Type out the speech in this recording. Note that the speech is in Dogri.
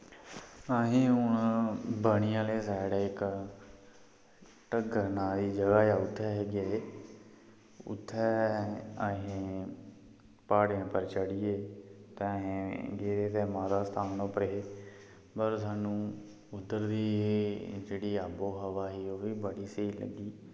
असें हून बनी आह्ली साइड इक ढग्गर नांऽ दी जगह् ऐ उत्थें हे गेदे उत्थें असें प्हाड़ें पर चढ़ियै ते अस गेदे हे सामनै उप्पर पर सानूं उद्धर दी जेह्ड़ी हावो हवा ही ओह् बी बड़ी स्हेई लग्गी